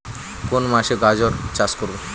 কোন মাসে গাজর চাষ করব?